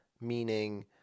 meaning